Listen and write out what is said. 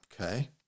Okay